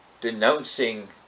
denouncing